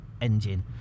engine